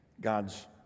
God's